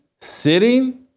sitting